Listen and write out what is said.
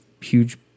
huge